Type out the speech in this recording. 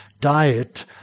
diet